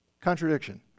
contradiction